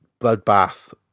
bloodbath